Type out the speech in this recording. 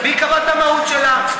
מי קבע את התוכן שלה?